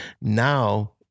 Now